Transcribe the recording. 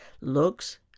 looks